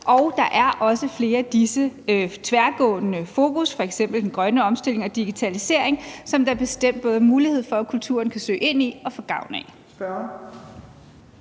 og der er også flere af disse tværgående fokus, f.eks. den grønne omstilling og digitalisering, som der bestemt er mulighed for at kulturen både kan søge ind i og få gavn af.